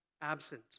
absent